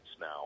now